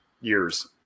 years